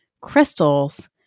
crystals